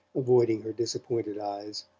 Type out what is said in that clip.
avoiding her disappointed eyes.